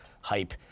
hype